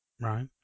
Right